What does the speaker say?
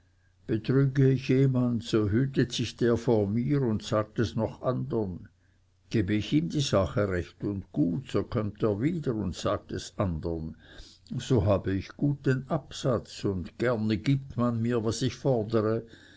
betrüge ich jemand so hütet sich der vor mir und sagt es noch andern gebe ich ihm die sache recht und gut so kömmt er wieder und sagt es andern so habe ich guten absatz und gerne gibt man mir was ich fordere